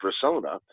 persona